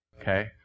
Okay